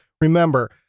Remember